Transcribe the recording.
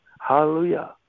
Hallelujah